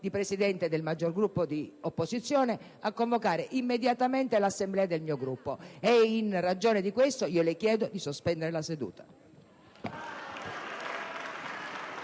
di Presidente del maggior Gruppo di opposizione, a convocare immediatamente l'assemblea del mio Gruppo. E in ragione di questo, le chiedo di sospendere la seduta.